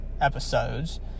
episodes